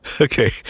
Okay